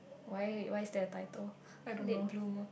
why why is there a title late bloomer